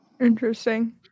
Interesting